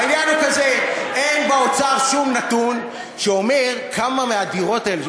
העניין הוא כזה: אין באוצר שום נתון שאומר כמה מהדירות האלה,